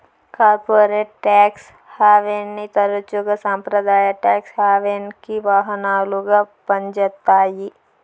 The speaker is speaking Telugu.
కార్పొరేట్ టాక్స్ హావెన్ని తరచుగా సంప్రదాయ టాక్స్ హావెన్కి వాహనాలుగా పంజేత్తాయి